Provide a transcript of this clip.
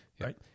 right